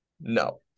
No